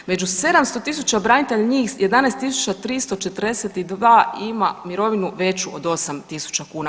Među 700.000 branitelja njih 11.342 ima mirovinu veću od 8.000 kuna.